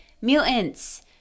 mutants